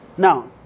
Now